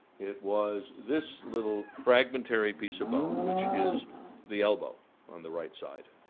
it was this little fragmentary piece of bone, which is the elbow on the right side.